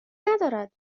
ندارد